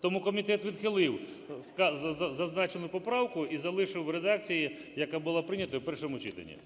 Тому комітет відхилив зазначену поправку і залишив в редакції, яка була прийнята в першому читанні.